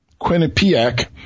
Quinnipiac